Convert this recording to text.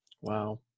Wow